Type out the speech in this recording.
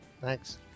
Thanks